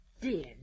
Dear